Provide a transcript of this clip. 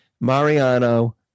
Mariano